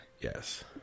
Yes